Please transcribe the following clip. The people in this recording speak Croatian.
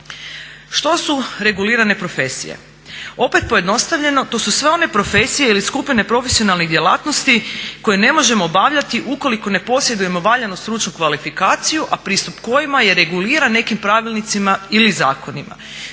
Što su regulirane profesije? Opet pojednostavljeno, to su sve one profesije ili skupine profesionalnih djelatnosti koje ne možemo obavljati ukoliko ne posjedujemo valjanu stručnu kvalifikaciju, a pristup kojima je reguliran nekim pravilnicima ili zakonima.